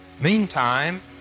Meantime